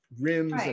rims